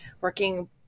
working